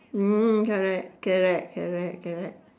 hmm correct correct correct correct